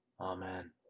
Amen